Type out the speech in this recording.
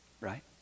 Right